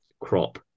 crop